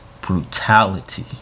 brutality